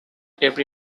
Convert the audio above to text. every